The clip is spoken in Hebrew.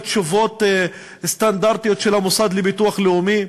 תשובות סטנדרטיות של המוסד לביטוח לאומי.